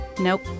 Nope